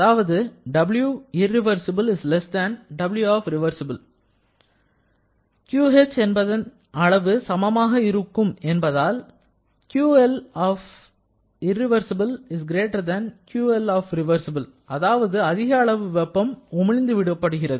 அதாவது QH என்பதன் அளவு சமமாக இருக்கும் என்பதால் அதாவது அதிக அளவு வெப்பம் உமிழ்ந்து விடப்படுகிறது